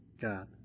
God